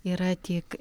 yra tik